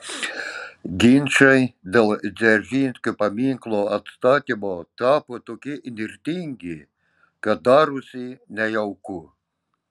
ginčai dėl dzeržinskio paminklo atstatymo tapo tokie įnirtingi kad darosi nejauku